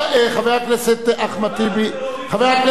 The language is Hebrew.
חבר הכנסת אחמד טיבי,